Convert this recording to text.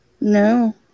No